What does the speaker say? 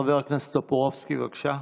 חבר הכנסת טופורובסקי, בבקשה.